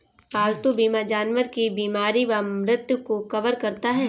पालतू बीमा जानवर की बीमारी व मृत्यु को कवर करता है